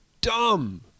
dumb